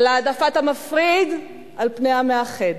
על העדפת המפריד על פני המאחד,